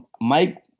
Mike